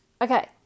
Okay